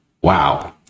wow